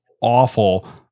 Awful